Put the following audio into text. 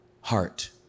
heart